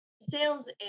sales